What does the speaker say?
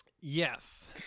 Yes